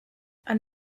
and